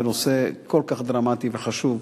בנושא כל כך דרמטי וחשוב,